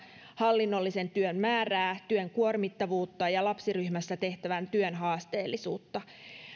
hallinnollisen työn määrää työn kuormittavuutta ja lapsiryhmässä tehtävän työn haasteellisuutta